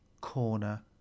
corner